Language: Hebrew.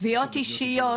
תביעות אישיות,